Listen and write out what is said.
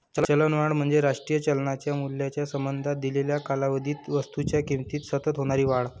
चलनवाढ म्हणजे राष्ट्रीय चलनाच्या मूल्याच्या संबंधात दिलेल्या कालावधीत वस्तूंच्या किमतीत सतत होणारी वाढ